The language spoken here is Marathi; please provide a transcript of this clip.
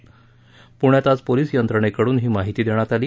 पृण्यात आज पोलिस यंत्रणेकडून ही माहिती देण्यात आली